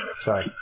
Sorry